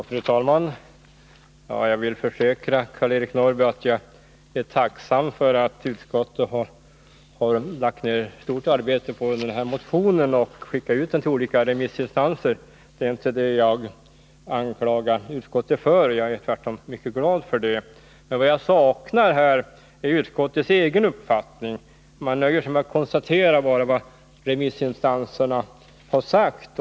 Fru talman! Jag vill försäkra Karl-Eric Norrby att jag är tacksam för att utskottet har lagt ner stort arbete på denna motion och att utskottet har skickat ut den till olika remissinstanser. Det är inte det jag anklagar utskottet för, utan jag är tvärtom mycket glad för detta. Men vad jag saknar är utskottets egen uppfattning. Utskottet nöjer sig med att bara konstatera vad remissinstanserna har sagt.